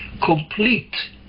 complete